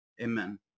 Amen